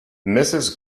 mrs